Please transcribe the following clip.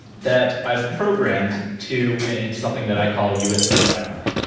that i've programmed to into something that i call a usb drive by,